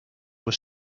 were